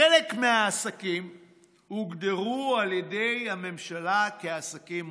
חלק מהעסקים הוגדרו על ידי הממשלה כעסקים מועדפים,